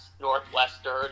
Northwestern